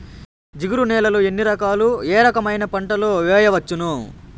జిగురు నేలలు ఎన్ని రకాలు ఏ రకమైన పంటలు వేయవచ్చును?